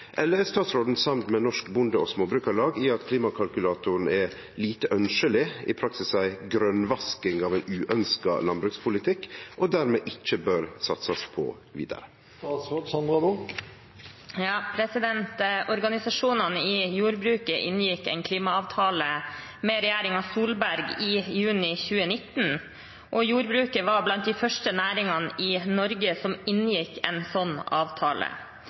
eller er statsråden samd med Norsk Bonde- og Småbrukarlag i at klimakalkulatoren er lite ønskjeleg, i praksis ei «grønvasking» av ein uønskt landbrukspolitikk og dermed ikkje bør satsast på vidare?» Organisasjonene i jordbruket inngikk en klimaavtale med regjeringen Solberg i juni 2019, og jordbruket var blant de første næringene i Norge som inngikk en slik avtale.